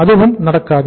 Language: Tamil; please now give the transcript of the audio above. அதுவும் நடக்காது